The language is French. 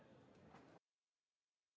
Merci